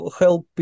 help